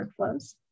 workflows